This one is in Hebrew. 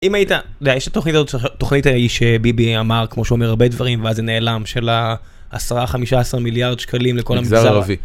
אם היית, אתה יודע יש את התוכנית הזו, התוכנית ההיא שביבי אמר כמו שהוא אומר הרבה דברים ואז זה נעלם של 10-15 מיליארד שקלים לכל המגזר, מגזר ערבי.